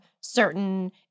certain